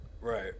Right